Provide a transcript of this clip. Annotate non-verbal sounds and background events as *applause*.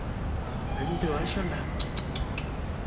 ரென்டு வருஷம்டா:rendu varushamda *noise*